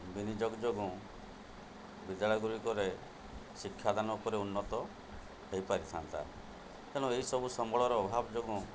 ବିନିଯୋଗ ଯୋଗୁଁ ବିଦ୍ୟାଳୟ ଗୁଡ଼ିକରେ ଶିକ୍ଷାଦାନ ଉପରେ ଉନ୍ନତ ହେଇପାରିଥାନ୍ତା ତେଣୁ ଏଇସବୁ ସମ୍ବଳର ଅଭାବ ଯୋଗୁଁ